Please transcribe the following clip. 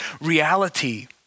reality